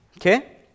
Okay